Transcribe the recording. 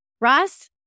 Ross